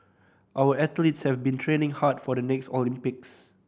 our athletes have been training hard for the next Olympics